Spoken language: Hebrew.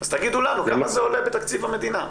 אז תגידו לנו כמה זה עולה בתקציב המדינה.